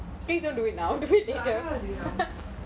nah I'm not going to do it now